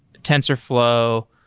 tensorflow,